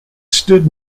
stood